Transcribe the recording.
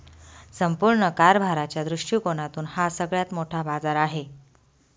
संपूर्ण कारभाराच्या दृष्टिकोनातून हा सगळ्यात मोठा बाजार आहे